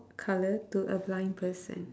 colour to a blind person